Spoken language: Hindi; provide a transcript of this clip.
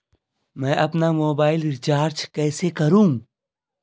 मैं अपना मोबाइल रिचार्ज कैसे करूँ?